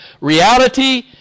Reality